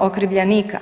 okrivljenika.